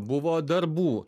buvo darbų